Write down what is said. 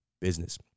business